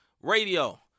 radio